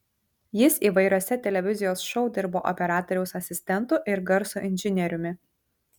jis įvairiuose televizijos šou dirbo operatoriaus asistentu ir garso inžinieriumi